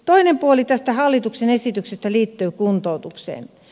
toinen puoli tästä hallituksen esityksestä liittyy kuntoutukseen